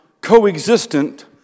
Coexistent